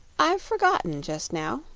i've forgotten, just now.